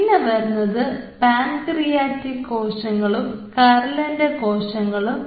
പിന്നെ വരുന്നത് പാൻക്രിയാറ്റിക് കോശങ്ങളും കരളിൻറെ കോശങ്ങളും